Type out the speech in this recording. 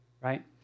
Right